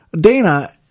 Dana